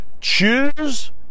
choose